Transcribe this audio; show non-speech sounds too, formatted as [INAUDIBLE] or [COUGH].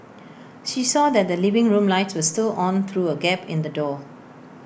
[NOISE] she saw that the living room lights were still on through A gap in the door